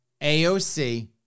AOC